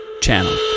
channel